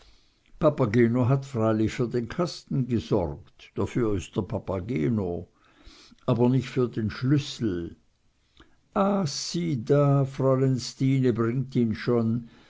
papageno hat freilich für den kasten ge sorgt dafür ist er papageno aber nicht für den schlüssel ah sieh da fräulein stine bringt ihn schon